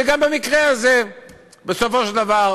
וגם במקרה הזה בסופו של דבר